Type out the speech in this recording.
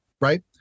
right